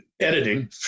editing